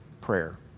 prayer